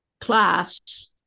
class